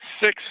Six